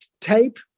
tape